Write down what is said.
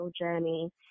journey